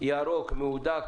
ירוק מהודק,